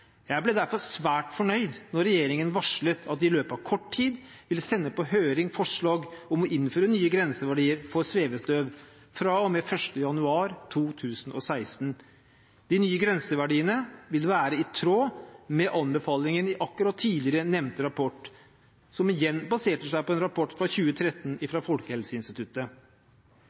Jeg ble derfor svært fornøyd da regjeringen varslet at den i løpet av kort tid ville sende på høring forslag om å innføre nye grenseverdier for svevestøv fra og med 1. januar 2016. De nye grenseverdiene vil være i tråd med anbefalingene nettopp i tidligere nevnte rapport, som igjen baserte seg på en rapport fra 2013